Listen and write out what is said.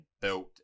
built